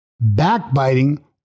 backbiting